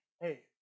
hey